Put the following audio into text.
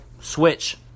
switch